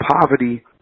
poverty